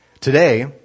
Today